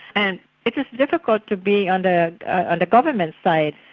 and it is difficult to be on the and government side,